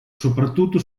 soprattutto